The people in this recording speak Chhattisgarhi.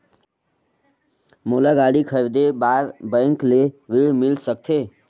मोला गाड़ी खरीदे बार बैंक ले ऋण मिल सकथे?